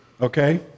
Okay